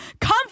come